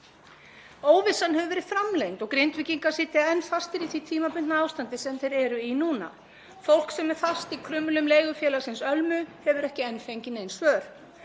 Óvissan hefur verið framlengd og Grindvíkingar sitja enn fastir í því tímabundna ástandi sem þeir eru í núna. Fólk sem er fast í krumlum leigufélagsins Ölmu hefur ekki enn fengið nein svör.